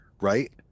Right